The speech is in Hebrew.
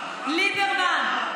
איפה ליברמן, אין נאמנות, אין אזרחות?